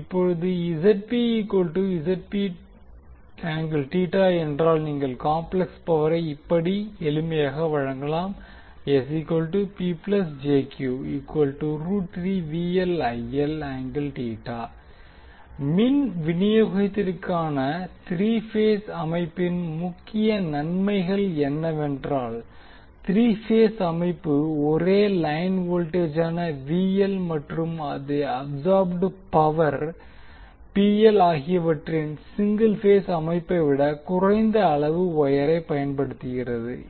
இப்போது என்றால் நீங்கள் காம்ப்ளெக்ஸ் பவரை இப்படி எளிமையாக வழங்கலாம் மின் விநியோகத்திற்கான த்ரீ பேஸ் அமைப்பின் முக்கிய நன்மைகள் என்னவென்றால் த்ரீ பேஸ் அமைப்பு ஒரே லைன் வோல்டேஜான மற்றும் அதே அப்சார்ப்ட் பவர் ஆகியவற்றிற்கான சிங்கிள் பேஸ் அமைப்பை விட குறைந்த அளவு வொயரை பயன்படுத்துகிறது